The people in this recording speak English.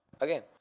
again